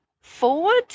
forward